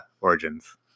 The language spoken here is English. Origins